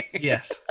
yes